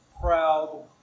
proud